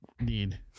need